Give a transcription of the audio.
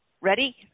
ready